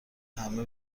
همه